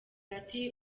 ati